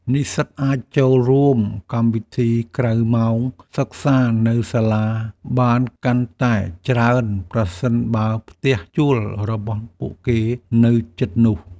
និស្សិតអាចចូលរួមកម្មវិធីក្រៅម៉ោងសិក្សានៅសាលាបានកាន់តែច្រើន ប្រសិនបើផ្ទះជួលរបស់ពួកគេនៅជិតនោះ។